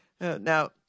Now